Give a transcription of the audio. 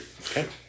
Okay